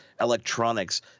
electronics